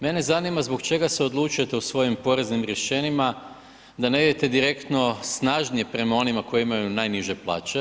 Mene zanima zbog čega se odlučujete u svojim poreznim rješenjima da ne idete direktno snažnije prema onima koji imaju naniže plaće.